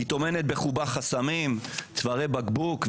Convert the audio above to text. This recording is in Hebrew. היא טומנת בחובה חסמים, צווארי בקבוק,